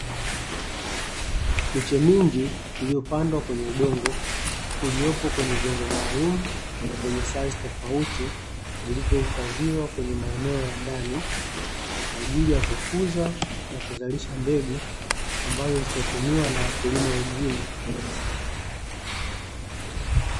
Miche mingi iliyopandwa kwenye udongo uliopo kwenye vyombo maalumu vyenye saizi tofauti, vilivyohifadhiwa kwenye maeneo ya ndani kwaajili ya kukuza na kuzalisha mbegu, ambayo zitatumiwa na wakulima wengine.